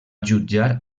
jutjar